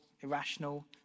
irrational